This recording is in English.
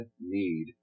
need